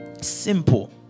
Simple